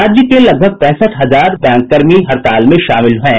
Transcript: राज्य के लगभग पैंसठ हजार बैंककर्मी हड़ताल में शामिल होंगे